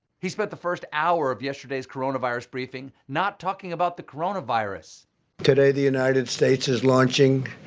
he spent the first hour of yesterday's coronavirus briefing not talking about the coronavirus today, the united states is launching